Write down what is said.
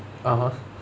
(uh huh)